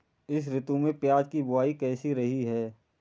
इस ऋतु में प्याज की बुआई कैसी रही है?